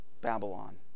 Babylon